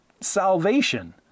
salvation